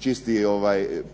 čisti